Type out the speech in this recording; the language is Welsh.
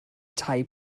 tai